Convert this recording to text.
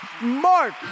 Mark